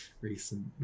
recent